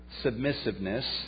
submissiveness